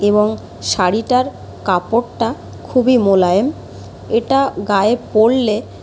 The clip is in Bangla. এবং শাড়িটার কাপড়টা খুবই মোলায়েম এটা গায়ে পরলে